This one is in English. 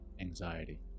anxiety